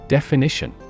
Definition